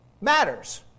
matters